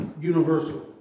Universal